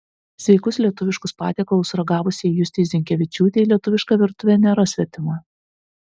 sveikus lietuviškus patiekalus ragavusiai justei zinkevičiūtei lietuviška virtuvė nėra svetima